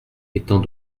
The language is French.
étant